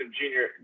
junior